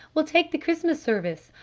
will take the christmas service!